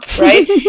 right